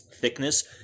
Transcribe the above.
thickness